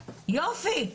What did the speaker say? יופי,